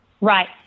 Right